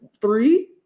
three